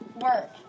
work